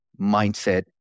mindset